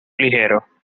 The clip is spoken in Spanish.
ligero